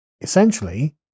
essentially